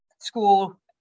school